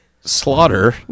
Slaughter